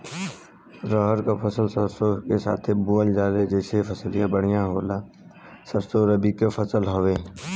रहर क फसल सरसो के साथे बुवल जाले जैसे फसलिया बढ़िया होले सरसो रबीक फसल हवौ